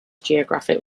geographic